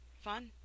Fun